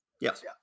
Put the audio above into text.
yes